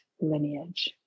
lineage